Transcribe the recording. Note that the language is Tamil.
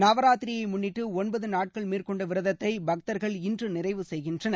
நவராத்திரியை முன்னிட்டு ஒன்பது நாட்கள் மேற்கொண்ட விரதத்தை பக்தர்கள் இன்று நிறைவு செய்கின்றனர்